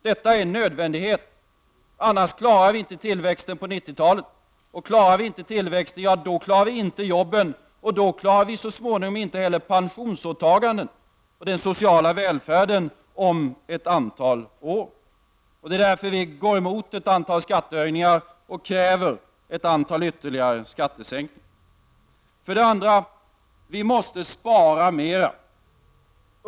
Detta är en nödvändighet, annars klarar vi inte tillväxten på 90-talet, och klarar vi inte tillväxten så klarar vi inte jobben och så småningom inte heller pensionsåtagandena och den sociala välfärden om ett antal år. Därför går vi emot ett antal skattehöjningar och kräver ytterligare ett antal skattesänkningar. För det andra: vi måste spara mera.